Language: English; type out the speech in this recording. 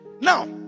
Now